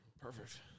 Perfect